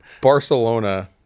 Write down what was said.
Barcelona